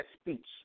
speech